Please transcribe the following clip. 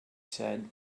said